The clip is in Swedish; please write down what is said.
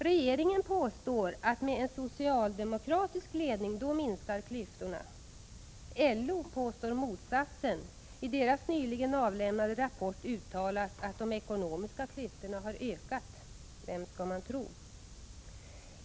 Regeringen påstår att med en socialdemokratisk ledning minskar klyftorna. LO påstår motsatsen. I deras nyligen avlämnade rapport uttalas att de ekonomiska klyftorna har ökat. Vem skall man tro?